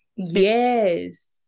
Yes